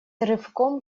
рывком